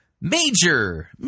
major